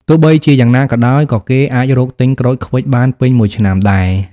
ទោះបីជាយ៉ាងណាក៏ដោយ ក៏គេអាចរកទិញក្រូចឃ្វិចបានពេញមួយឆ្នាំដែរ ។